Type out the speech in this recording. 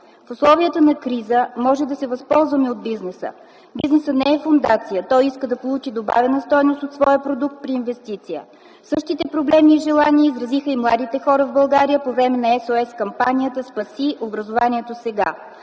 В условията на криза можем да се възползваме от бизнеса. Бизнесът не е фондация, той иска да получи добавена стойност от своя продукт при инвестиция. Същите проблеми и желания изразиха и младите хора в България по време на SOS-кампанията „Спаси образованието сега”.